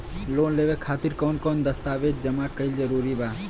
Loan लेवे खातिर कवन कवन दस्तावेज जमा कइल जरूरी बा?